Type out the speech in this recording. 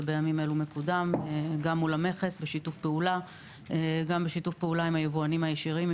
ובימים אלו הוא מקודם בשיתוף הפעולה מול המכס ועם היבואנים הישירים,